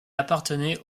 appartenait